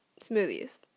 smoothies